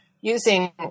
using